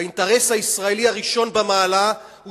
והאינטרס הישראלי הראשון במעלה הוא